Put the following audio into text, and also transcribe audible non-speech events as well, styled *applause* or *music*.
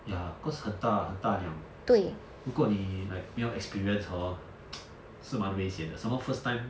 ya cause 很大很大辆如果你 like 没有 experience hor *noise* 是蛮危险的 somemore first time